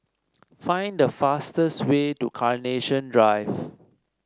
find the fastest way to Carnation Drive